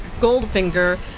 Goldfinger